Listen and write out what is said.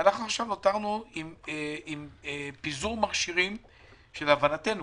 נותרנו עם פיזור מכשירים שלהבנתנו